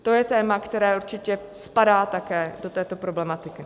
To je téma, které určitě spadá také do této problematiky.